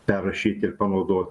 perrašyt ir panaudot